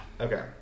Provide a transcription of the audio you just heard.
Okay